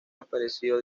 aparecido